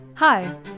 Hi